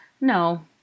No